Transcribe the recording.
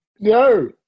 No